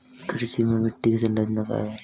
कृषि में मिट्टी की संरचना क्या है?